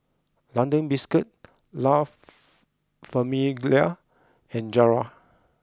London Biscuits La Famiglia and Zara